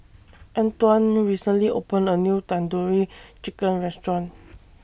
Antwan recently opened A New Tandoori Chicken Restaurant